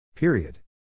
Period